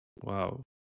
Wow